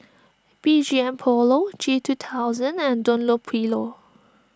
B G M Polo G two thousand and Dunlopillo